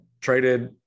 traded